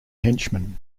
henchmen